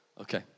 Okay